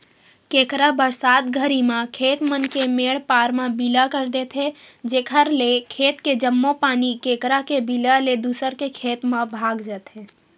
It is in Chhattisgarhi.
केंकरा बरसात घरी म खेत मन के मेंड पार म बिला कर देथे जेकर ले खेत के जम्मो पानी केंकरा के बिला ले दूसर के खेत म भगा जथे